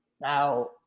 Now